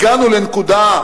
הגענו לנקודה,